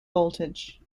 voltage